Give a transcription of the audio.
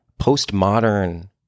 postmodern